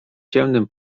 ciemnym